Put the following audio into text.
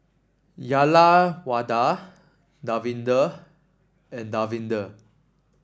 Uyyalawada Davinder and Davinder